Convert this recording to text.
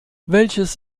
welches